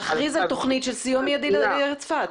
האם אתם לא יכולים להכריז על סיוע מיידי לעיר צפת?